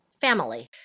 family